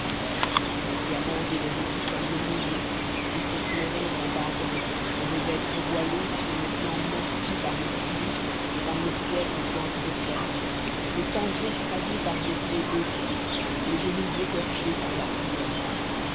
les diamants et les rubis semblent mouillés et font pleurer en bas dans l'ombre des êtres voilés qui ont les flancs meurtris par le cilice et par le fouet aux pointes de fer les seins écrasés par des claies d'osier les genoux écorchés par la prière